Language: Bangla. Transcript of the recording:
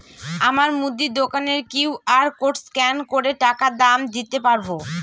আমার মুদি দোকানের কিউ.আর কোড স্ক্যান করে টাকা দাম দিতে পারব?